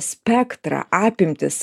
spektrą apimtis